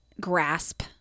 grasp